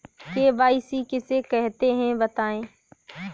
KYC किसे कहते हैं बताएँ?